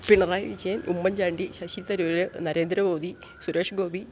Pinarayi Vijayan Oommen Chandy Shashi Tharoor Narendra Modi Suresh Gopi